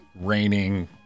raining